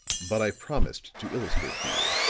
but i promised to illustrate for you,